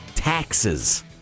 taxes